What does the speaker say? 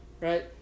Right